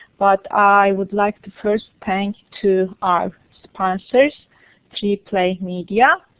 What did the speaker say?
but i would like to first thank to our sponsors three play media,